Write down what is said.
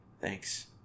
thanks